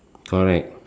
correct